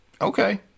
Okay